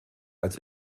als